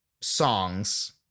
songs